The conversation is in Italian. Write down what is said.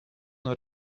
non